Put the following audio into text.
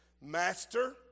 Master